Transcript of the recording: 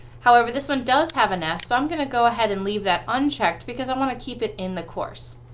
however this one does have an s so i'm going to go ahead and leave that unchecked because i want to keep it in the course.